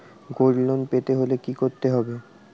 Gold loan পেতে হলে কি করতে হবে?